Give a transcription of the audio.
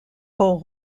rôle